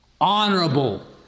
honorable